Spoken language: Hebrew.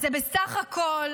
אז זה בסך הכול